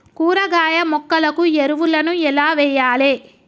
కూరగాయ మొక్కలకు ఎరువులను ఎలా వెయ్యాలే?